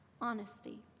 honesty